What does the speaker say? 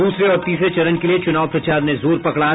दूसरे और तीसरे चरण के लिये चुनाव प्रचार ने जोर पकड़ा